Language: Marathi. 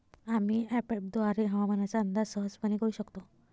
आम्ही अँपपद्वारे हवामानाचा अंदाज सहजपणे करू शकतो